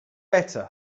better